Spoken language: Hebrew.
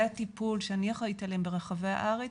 הטיפול שאני אחראית עליהם ברחבי הארץ,